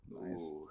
Nice